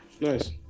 nice